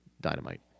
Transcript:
dynamite